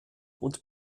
und